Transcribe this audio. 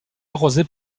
arrosée